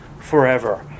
forever